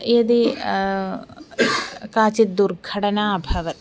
यदि काचित् दुर्घटना अभवत्